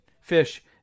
fish